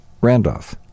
Randolph